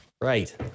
right